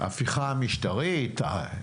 עם ההפיכה המשטרית, הרפורמה,